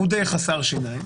הוא די חסר שיניים